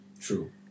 True